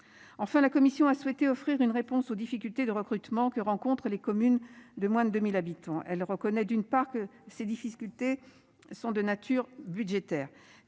Enfin, la commission a souhaité offrir une réponse aux difficultés de recrutement que rencontrent les communes de moins de 1000 habitants. Elle reconnaît d'une part que ces difficultés sont de nature budgétaire